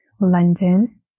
London